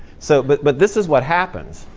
so but but this is what happens.